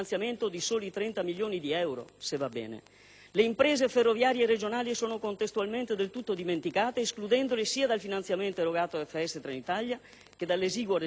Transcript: Le imprese ferroviarie regionali sono contestualmente del tutto dimenticate, escludendole sia dal finanziamento erogato a Ferrovie dello Stato-Trenitalia che dall'esiguo residuo concesso al trasporto locale.